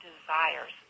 desires